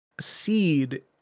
seed